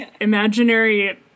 imaginary